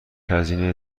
هزینه